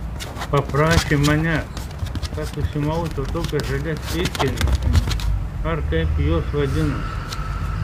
paprašė manęs kad užsimaučiau tokias žalias pėdkelnes ar kaip jos vadinasi